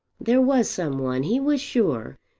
there was some one, he was sure,